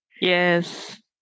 Yes